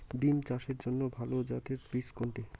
বিম চাষের জন্য ভালো জাতের বীজ কোনটি?